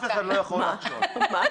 נו מה?